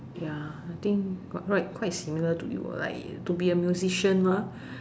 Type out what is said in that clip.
ya I think quite quite similar to you lah like to be a musician mah